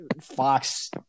fox